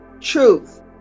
truth